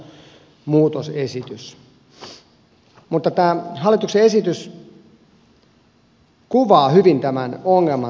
mutta tämä hallituksen esitys kuvaa hyvin tämän ongelman mikä meillä on suomessa